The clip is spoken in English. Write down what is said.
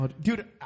Dude